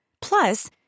Plus